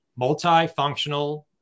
Multifunctional